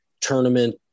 tournament